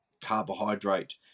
carbohydrate